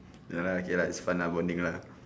ya lah okay lah it's fun lah bonding lah